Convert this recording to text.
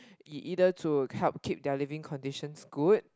either to help keep their living conditions good